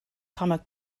comic